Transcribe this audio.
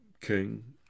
king